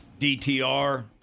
DTR